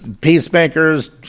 peacemakers